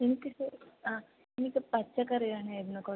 എനിക്കിപ്പോൾ ആ എനിക്ക് പച്ചക്കറി വേണമായിരുന്നു കുറച്ച്